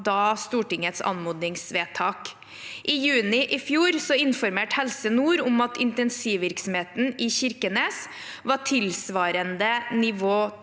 av Stortingets anmodningsvedtak. I juni i fjor informerte Helse Nord om at intensivvirksomheten i Kirkenes var tilsvarende nivå